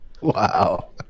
Wow